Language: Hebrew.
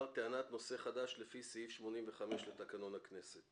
טענת נושא חדש לפי סעיף 85 לתקנון הכנסת